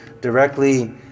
directly